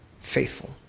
faithful